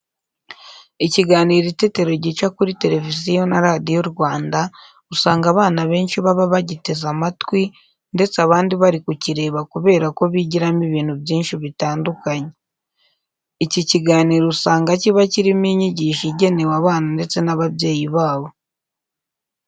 Ikiganiro Itetero gica kuri Televiziyo na Radiyo Rwanda, usanga abana benshi baba bagiteze amatwi ndetse abandi bari kukireba kubera ko bigiramo ibintu byinshi bitandukanye. Iki kiganiro usanga kiba kirimo inyigisho igenewe abana ndetse n'ababyeyi babo.